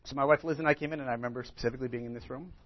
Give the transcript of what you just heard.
my wife liz and i came in and i remember specifically being in this room.